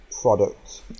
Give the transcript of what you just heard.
product